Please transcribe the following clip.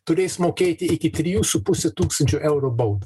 turės mokėti iki trijų su puse tūkstančių eurų baudą